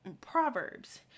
proverbs